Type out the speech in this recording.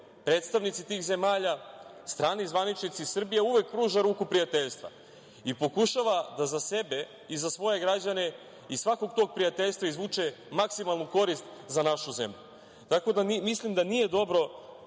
predstavnici tih zemalja, strani zvaničnici, Srbija uvek pruža ruku prijateljstva i pokušava da za sebe i svoje građane iz svakog tog prijateljstva izvuče maksimalnu korist za našu zemlju. Tako da, mislim da nije dobro